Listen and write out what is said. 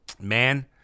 man